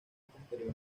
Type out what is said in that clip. exterior